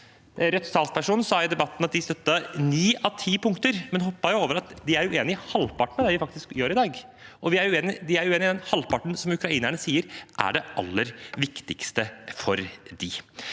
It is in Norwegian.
Rødts talsperson sa i debatten at de støtter ni av ti punkter, men hopper over at de er uenig i halvparten av det vi faktisk gjør i dag. De er uenig i den halvparten som ukrainerne sier er det aller viktigste for dem.